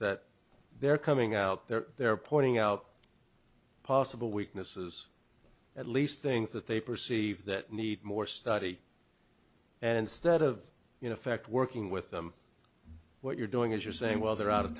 that they're coming out there they're pointing out possible weaknesses at least things that they perceive that need more study and instead of in effect working with them what you're doing is you're saying well they're out of